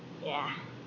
yeah